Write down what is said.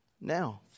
Now